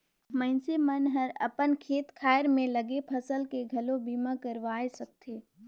मइनसे मन हर अपन खेत खार में लगे फसल के घलो बीमा करवाये सकथे